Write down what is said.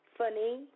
funny